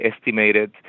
estimated